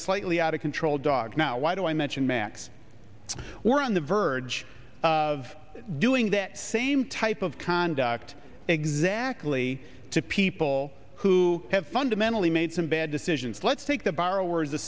a slightly out of control dog now why do i mention max we're on the verge of doing that same type of conduct exactly to people who have fundamentally made some bad decisions let's take the b